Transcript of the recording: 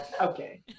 Okay